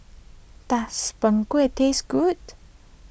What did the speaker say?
does Png Kueh taste good